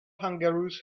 kangaroos